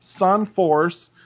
SunForce